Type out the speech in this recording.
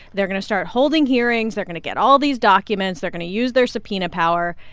they're going to start holding hearings. they're going to get all these documents. they're going to use their subpoena power.